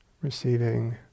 Receiving